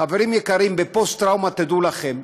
חברים יקרים, בפוסט-טראומה, תדעו לכם: